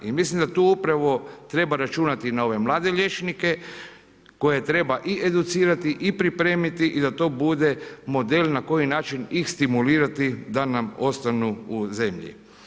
I mislim da tu upravo treba računati na ove mlade liječnike koje treba i educirati i pripremiti i da to bude model na koji način ih stimulirati da nam ostanu u zemlji.